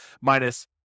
minus